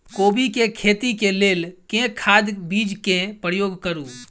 कोबी केँ खेती केँ लेल केँ खाद, बीज केँ प्रयोग करू?